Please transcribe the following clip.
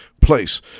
place